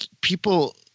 people